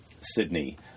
Sydney